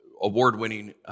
award-winning